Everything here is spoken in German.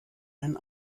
einen